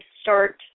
start